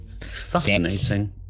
fascinating